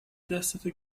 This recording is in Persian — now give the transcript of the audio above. دستتو